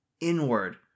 inward